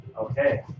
Okay